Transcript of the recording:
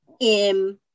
in-